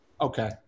Okay